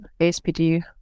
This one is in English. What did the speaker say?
ASPD